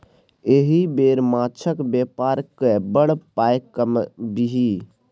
एहि बेर माछक बेपार कए बड़ पाय कमबिही